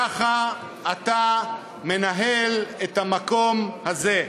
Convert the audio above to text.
ככה אתה מנהל את המקום הזה.